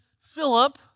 Philip